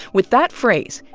with that phrase,